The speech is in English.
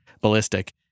ballistic